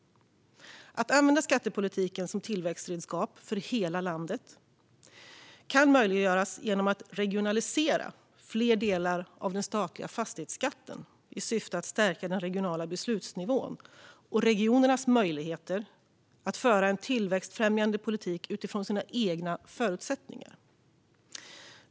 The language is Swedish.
Att använda skattepolitiken som ett tillväxtredskap för hela landet kan möjliggöras genom att regionalisera fler delar av den statliga fastighetsskatten i syfte att stärka den regionala beslutsnivån och regionernas möjligheter att föra en tillväxtfrämjande politik utifrån sina egna förutsättningar.